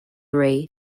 ray